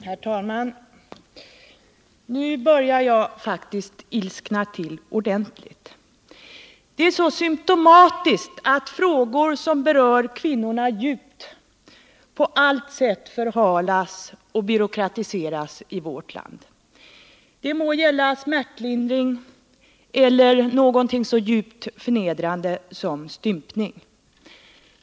Herr talman! Nu börjar jag faktiskt ilskna till ordentligt. Det är symtomatiskt att frågor som rör kvinnorna djupt på allt sätt förhalas och byråkratiseras i vårt land. Det må gälla smärtlindring eller någonting så djupt förnedrande som stympning.